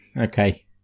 okay